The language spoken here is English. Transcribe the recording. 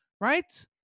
right